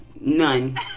None